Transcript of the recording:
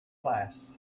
class